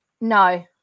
No